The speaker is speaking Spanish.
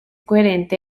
coherente